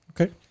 Okay